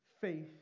faith